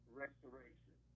restoration